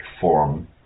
form